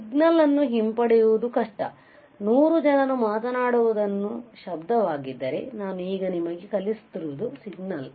signal ನ್ನು ಹಿಂಪಡೆಯುವುದು ಕಷ್ಟ 100 ಜನರು ಮಾತನಾಡುವುದು ಶಬ್ದವಾಗಿದ್ದರೆ ನಾನು ಈಗ ನಿಮಗೆ ಕಲಿಸುತ್ತಿರುವುದು ಸಿಗ್ನಲ್